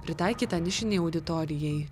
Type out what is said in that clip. pritaikytą nišinei auditorijai